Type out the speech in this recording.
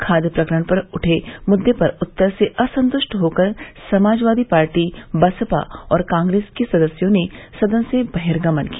खाद प्रकरण पर उठे मुद्दे पर उत्तर से असंतुष्ट होकर समाजवादी पार्टी बसपा और कांग्रेस के सदस्यों ने सदन से बहिर्गमन किया